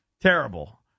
Terrible